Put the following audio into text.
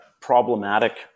problematic